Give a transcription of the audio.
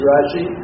Rashi